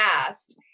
past